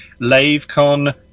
LaveCon